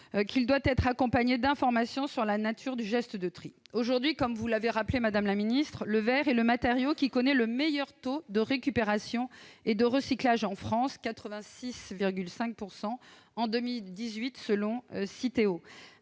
doit être accompagné d'informations sur la nature du geste de tri. Aujourd'hui, vous l'avez rappelé, le verre est le matériau connaissant le meilleur taux de récupération et de recyclage en France : 86,5 % en 2018, selon Citeo.